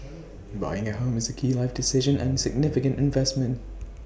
buying A home is A key life decision and significant investment